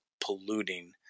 polluting